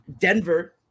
Denver